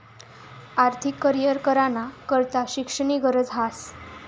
आर्थिक करीयर कराना करता शिक्षणनी गरज ह्रास